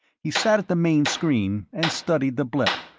he sat at the main screen, and studied the blip,